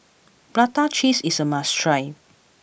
Prata Cheese is a must try